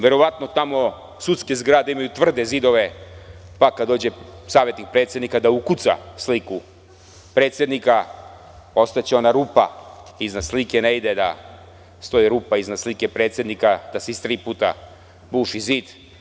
Verovatno tamo sudske zgrade imaju tvrde zidove, pa kada dođe savetnik predsednika da ukuca sliku predsednika, ostaće ona rupa iznad slike, jer ne ide da iznad slike ide rupa, iznad slike predsednika, da se iz tri puta buši zid.